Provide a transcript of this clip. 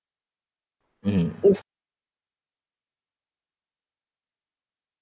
mm